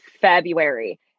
February